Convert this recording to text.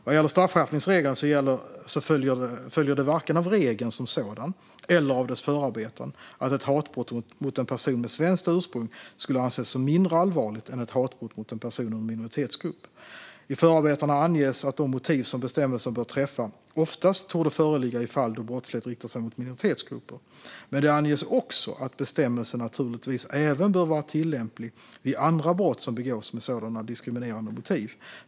Vad gäller straffskärpningsregeln följer det varken av regeln som sådan eller av dess förarbeten att ett hatbrott mot en person med svenskt ursprung ska anses som mindre allvarligt än ett hatbrott mot en person ur en minoritetsgrupp. I förarbetena anges att de motiv som bestämmelsen bör träffa oftast torde föreligga i fall då brottslighet riktar sig mot minoritetsgrupper. Men det anges också att bestämmelsen naturligtvis även bör vara tillämplig vid andra brott som begås med sådana diskriminerande motiv.